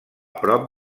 prop